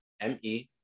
M-E